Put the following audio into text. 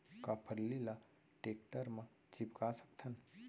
का फल्ली ल टेकटर म टिपका सकथन?